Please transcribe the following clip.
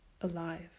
alive